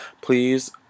Please